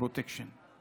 פרוטקשן,